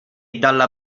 dalla